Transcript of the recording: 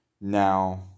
Now